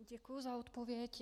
Děkuju za odpověď.